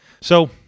So-